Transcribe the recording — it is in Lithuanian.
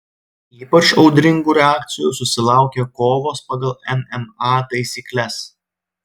ypač audringų reakcijų susilaukė kovos pagal mma taisykles